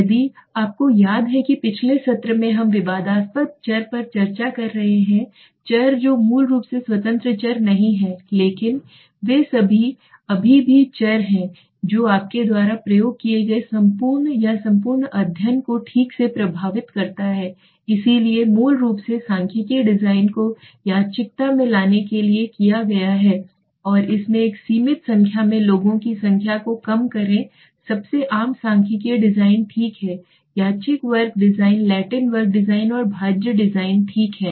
यदि आपको याद है कि पिछले सत्र में हम विवादास्पद चर पर चर्चा कर रहे हैं चर जो मूल रूप से स्वतंत्र चर नहीं हैं लेकिन वे अभी भी चर हैं जो आपके द्वारा प्रयोग किए गए संपूर्ण या संपूर्ण अध्ययन को ठीक से प्रभावित करता है इसलिए मूल रूप से सांख्यिकीय डिजाइन को यादृच्छिकता में लाने के लिए किया गया है और इसमें एक सीमित संख्या में प्रयोगों की संख्या को कम करें सबसे आम सांख्यिकीय डिजाइन ठीक है यादृच्छिक वर्ग डिजाइन लैटिन वर्ग डिजाइन और भाज्य डिजाइन ठीक हैं